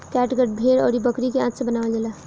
catgut भेड़ अउरी बकरी के आंत से बनावल जाला